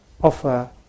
offer